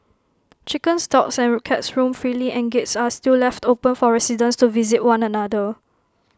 chickens dogs and cats roam freely and gates are still left open for residents to visit one another